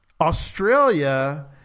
Australia –